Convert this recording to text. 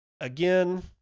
Again